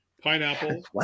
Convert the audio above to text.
pineapple